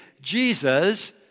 Jesus